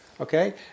Okay